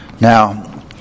Now